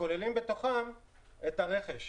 שכוללים בתוכם את הרכש.